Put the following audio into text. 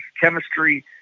chemistry